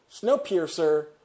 Snowpiercer